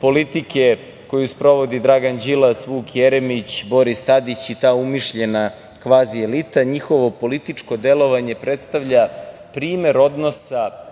politike koju sprovodi Dragan Đilas, Vuk Jeremić, Boris Tadić, i ta umišljena kvazi elita. Njihovo političko delovanje predstavlja primer odnosa